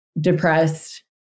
depressed